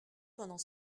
pendant